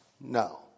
no